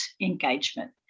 engagement